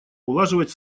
улаживать